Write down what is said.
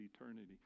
eternity